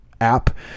app